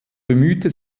bemühte